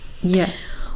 Yes